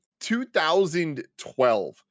2012